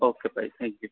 okay ਭਾਅ ਜੀ thank you